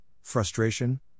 frustration